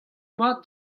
mat